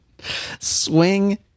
Swing